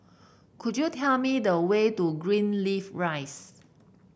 could you tell me the way to Greenleaf Rise